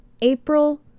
April